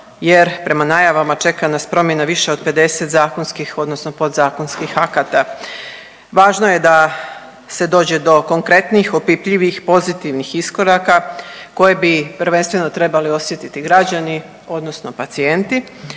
jer prema najavama čeka nas promjena više od 50 zakonskih odnosno podzakonskih akata. Važno je da se dođe do konkretnih, opipljivih i pozitivnih iskoraka koje bi prvenstveno trebali osjetiti građani odnosno pacijenti,